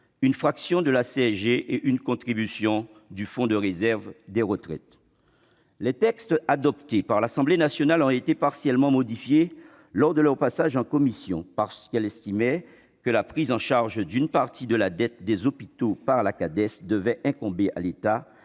une fraction de la CSG et une contribution du Fonds de réserve pour les retraites. Les textes adoptés par l'Assemblée nationale ont été partiellement modifiés lors de leur passage en commission. Parce qu'elle estimait que la prise en charge d'une partie de la dette des hôpitaux par la Cades devait incomber à l'État,